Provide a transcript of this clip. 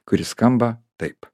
kuri skamba taip